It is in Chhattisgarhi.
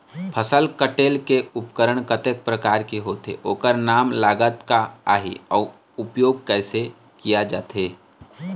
फसल कटेल के उपकरण कतेक प्रकार के होथे ओकर नाम लागत का आही अउ उपयोग कैसे किया जाथे?